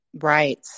Right